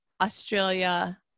Australia